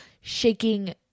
shaking